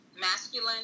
masculine